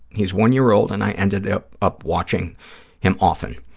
he's one year old and i ended up up watching him often.